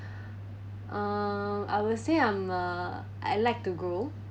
uh I will say I'm uh I like to grow